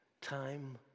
Time